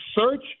search